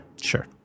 Sure